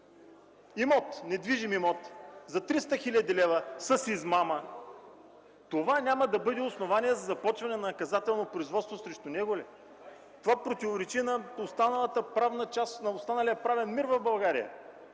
недвижим имот за 300 хил. лв. с измама – това няма да бъде основание за започване на наказателно производство срещу него ли? Това противоречи на останалия правен мир в България.